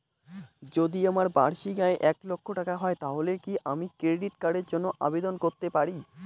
যদি আমার বার্ষিক আয় এক লক্ষ টাকা হয় তাহলে কি আমি ক্রেডিট কার্ডের জন্য আবেদন করতে পারি?